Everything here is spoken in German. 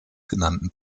genannten